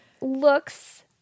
looks